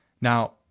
Now